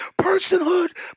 personhood